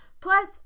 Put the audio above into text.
Plus